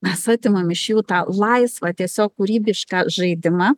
mes atimam iš jų tą laisvą tiesiog kūrybišką žaidimą